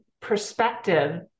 perspective